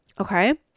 Okay